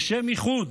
"לשם ייחוד".